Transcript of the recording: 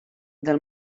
del